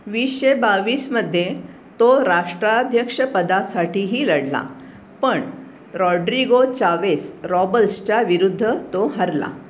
वीसशे बावीसमध्ये तो राष्ट्राध्यक्षपदासाठीही लढला पण रॉड्रिगो चावेस रॉबल्सच्या विरुद्ध तो हरला